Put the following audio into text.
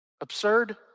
Absurd